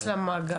מעצר מרגע